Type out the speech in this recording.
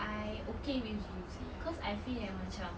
I okay with zoo seh cause I feel yang macam